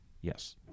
Yes